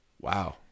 wow